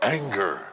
anger